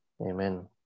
Amen